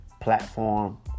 platform